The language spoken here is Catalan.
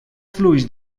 fluix